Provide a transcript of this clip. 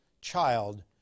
child